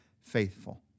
faithful